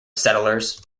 settlers